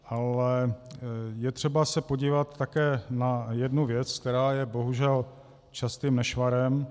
Ale je třeba se podívat také na jednu věc, která je bohužel častým nešvarem.